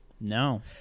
No